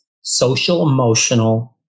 social-emotional